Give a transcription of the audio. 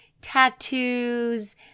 tattoos